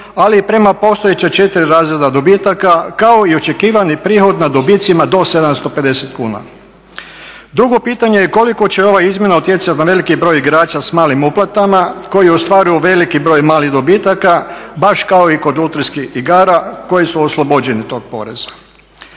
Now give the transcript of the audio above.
ali i prema postojeća 4 razreda dobitaka kao i očekivani prihod na dobicima do 750 kuna. Drugo pitanje je koliko će ova izmjena utjecati na veliki broj igrača s malim uplatama koji ostvaruju veliki broj malih dobitaka, baš kao i kod lutrijskih igara koji su oslobođeni tog poreza.